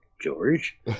George